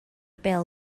bêl